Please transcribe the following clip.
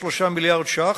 כ-1.3 מיליארד ש"ח,